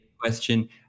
question